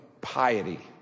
piety